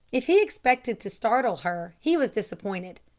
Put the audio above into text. if he expected to startle her he was disappointed.